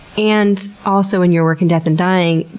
and also, in your work in death and dying,